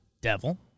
Devil